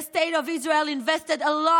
The state of Israel invested and lost